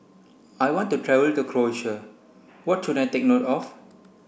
I want to travel to Croatia what should I take note of